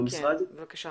אבל אני מציעה